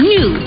New